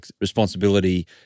responsibility